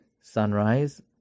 sunrise